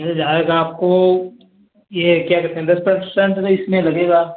मिल जाएगा आपको यह क्या कहते हैं दस पर्सेंट तो इसमें लगेगा